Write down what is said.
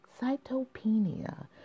cytopenia